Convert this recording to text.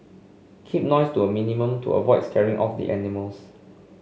keep noise to a minimum to avoid scaring off the animals